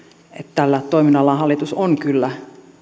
tällä toiminnallaan hallitus on kyllä